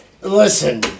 listen